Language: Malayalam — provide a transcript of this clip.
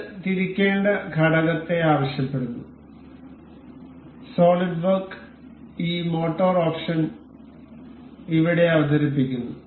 ഇത് തിരിക്കേണ്ട ഘടകത്തെ ആവശ്യപ്പെടുന്നു സോളിഡ് വർക്ക് ഈ മോട്ടോർ ഓപ്ഷൻ ഇവിടെ അവതരിപ്പിക്കുന്നു